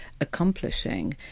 accomplishing